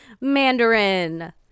Mandarin